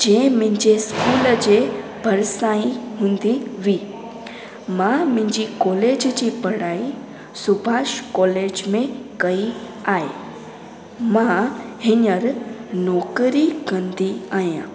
जंहिं मुंहिंजे इस्कूल जे भरसा ई हूंदी हुई मां मुंहिंजी कॉलेज जी पढ़ाई सुभाष कॉलेज में कई आहे मां हींअर नौकिरी कंदी आहियां